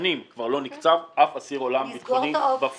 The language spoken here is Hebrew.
שנים כבר לא נקצב אף אסיר עולם ביטחוני בפועל.